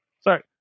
Sorry